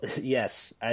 Yes